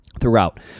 throughout